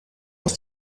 aus